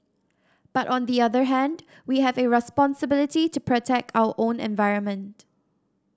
but on the other hand we have a responsibility to protect our own environment